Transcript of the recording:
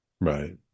Right